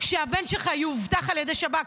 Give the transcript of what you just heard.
שהבן שלך יאובטח על ידי שב"כ,